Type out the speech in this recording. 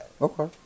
Okay